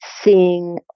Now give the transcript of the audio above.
seeing